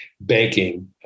banking